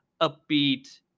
upbeat